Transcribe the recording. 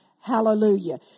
Hallelujah